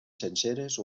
senceres